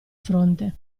fronte